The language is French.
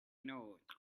nôtes